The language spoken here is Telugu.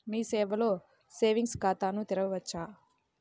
మీ సేవలో సేవింగ్స్ ఖాతాను తెరవవచ్చా?